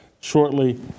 shortly